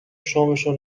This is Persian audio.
شامشو